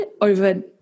over